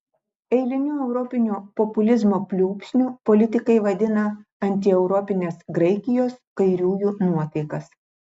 eiliniu europinio populizmo pliūpsniu politikai vadina antieuropines graikijos kairiųjų nuotaikas